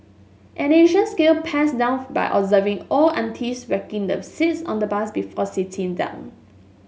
an ancient skill passed down by observing old aunties whacking the seats on the bus before sitting down